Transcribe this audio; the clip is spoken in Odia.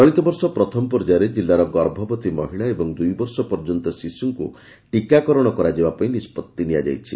ଚଳିତବର୍ଷ ପ୍ରଥମ ପର୍ଯ୍ୟାୟରେ ଜିଲ୍ଲାର ଗର୍ଭବତୀ ମହିଳା ଏବଂ ଦୁଇବର୍ଷ ପର୍ଯ୍ୟନ୍ତ ଶିଶୁଙ୍କୁ ଟୀକାକରଣ କରାଯିବା ପାଇଁ ନିଷ୍ବତ୍ତି ନିଆଯାଇଛି